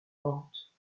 pente